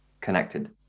connected